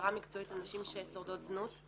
הכשרה מקצועית לנשים ששורדות זנות.